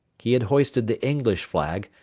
he had hoisted the english flag,